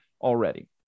already